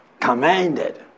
commanded